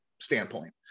standpoint